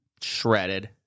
shredded